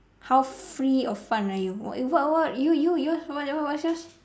how free or fun are you what what you you yours what yours